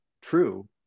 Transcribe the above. true